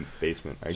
basement